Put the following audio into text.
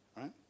right